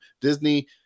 Disney